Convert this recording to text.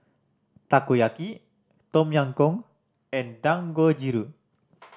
Takoyaki Tom Yam Goong and Dangojiru